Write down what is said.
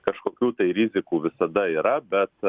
kažkokių tai rizikų visada yra bet